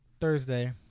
Thursday